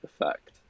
effect